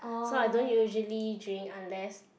so I don't usually drink unless